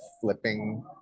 flipping